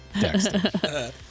Dexter